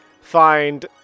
find